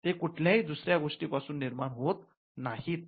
ते कुठल्याही दुसऱ्या गोष्टीपासून निर्माण होत नाहीत